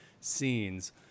scenes